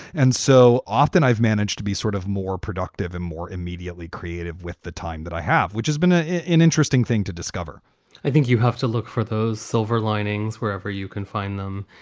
and so often i've managed to be sort of more productive and more immediately creative with the time that i have, which has been ah an interesting thing to discover i think you have to look for those silver linings wherever you can find them.